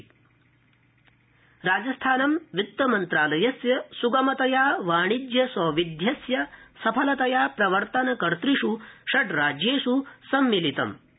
राजस्थानम् राजस्थानं वित्तमन्त्रालयस्य सुगमतया वाणिज्य सौविध्यस्य सफलतया प्रवर्तन कर्तष् षड़ राज्येष् सम्मिलितम़